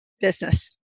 business